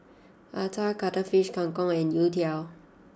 Acar Cuttlefish Kang Kong and Youtiao